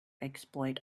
exploit